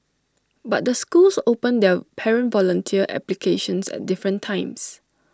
but the schools open their parent volunteer applications at different times